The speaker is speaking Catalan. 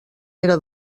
era